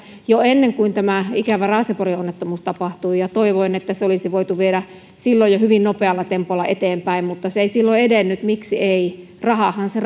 jo ennen kuin tämä ikävä raaseporin onnettomuus tapahtui tein sen viime kesänä kaksituhattaseitsemäntoista toivoin että se olisi voitu viedä silloin jo hyvin nopealla tempolla eteenpäin mutta se ei silloin edennyt miksi ei rahahan se